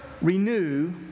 renew